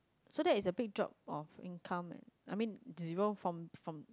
so that is the big job of income I mean zero from from